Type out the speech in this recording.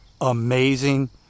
amazing